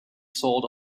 sold